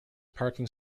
parking